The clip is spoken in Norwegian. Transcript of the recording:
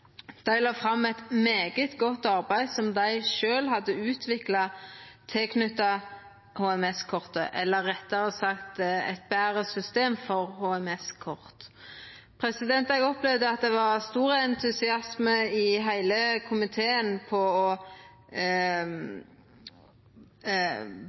Dei la fram eit svært godt arbeid som dei sjølve hadde utvikla, knytt til HMS-kortet, eller, rettare sagt, eit betre system for HMS-kort. Eg opplevde at det var stor entusiasme i heile komiteen